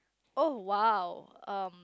oh !wow! um